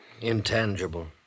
intangible